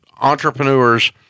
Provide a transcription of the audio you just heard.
Entrepreneurs